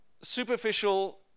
superficial